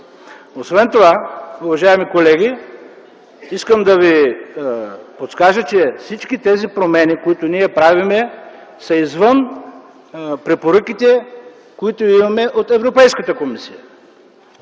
Освен това, уважаеми колеги, искам да ви подскажа, че всички тези промени, които ние правим, са извън препоръките, които имаме от Европейската комисия.